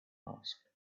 asked